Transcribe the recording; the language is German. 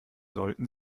sollten